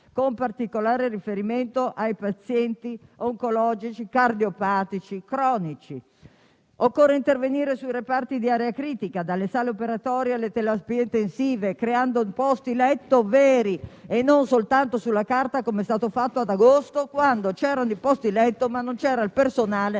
con particolare riferimento ai pazienti oncologici e cardiopatici cronici. Occorre intervenire sui reparti di area critica, dalle sale operatorie alle terapie intensive, creando posti letto veri e non soltanto sulla carta, come è stato fatto ad agosto, quando c'erano i posti letto ma non c'era il personale